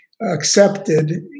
accepted